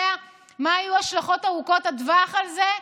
מה יהיו ההשלכות ארוכות הטווח של זה,